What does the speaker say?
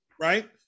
Right